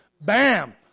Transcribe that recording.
Bam